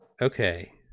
Okay